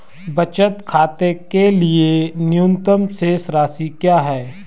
बचत खाते के लिए न्यूनतम शेष राशि क्या है?